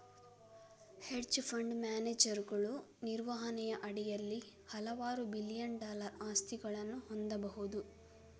hedge fund ಮ್ಯಾನೇಜರುಗಳು ನಿರ್ವಹಣೆಯ ಅಡಿಯಲ್ಲಿ ಹಲವಾರು ಬಿಲಿಯನ್ ಡಾಲರ್ ಆಸ್ತಿಗಳನ್ನು ಹೊಂದಬಹುದು